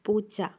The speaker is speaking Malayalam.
പൂച്ച